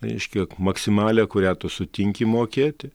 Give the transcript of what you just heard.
reiškia maksimalią kurią tu sutinki mokėti